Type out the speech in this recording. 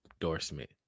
endorsement